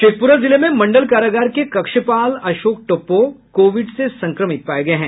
शेखप्रा जिले में मंडल कारागार के कक्षपाल अशोक टोप्पो कोविड से संक्रमित पाये गये हैं